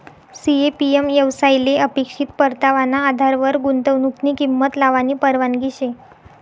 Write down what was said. CAPM येवसायले अपेक्षित परतावाना आधारवर गुंतवनुकनी किंमत लावानी परवानगी शे